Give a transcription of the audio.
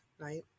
right